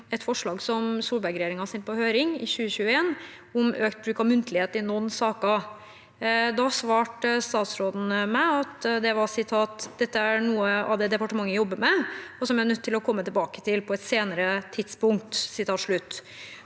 et forslag som Solberg-regjeringen sendte på høring i 2021, om økt bruk av muntlighet i noen saker. Da svarte statsråden: «Dette er noe av det departementet jobber med, og som jeg blir nødt til å komme tilbake til på et senere tidspunkt.»